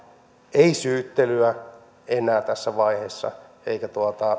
ei syyttelyä enää tässä vaiheessa eikä